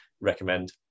recommend